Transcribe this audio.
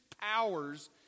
powers